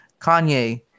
Kanye